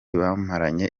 bamaranye